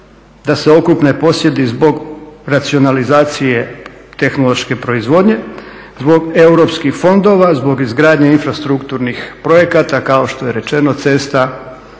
da se otkupe posjedi zbog racionalizacije tehnološke proizvodnje, zbog europskih fondova, zbog izgradnje infrastrukturnih projekata kao što je rečeno cesta,